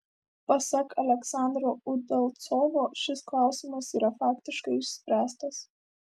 pasak aleksandro udalcovo šis klausimas yra faktiškai išspręstas